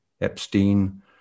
Epstein